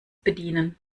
bedienen